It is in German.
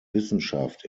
wissenschaft